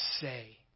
say